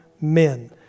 men